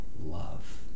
love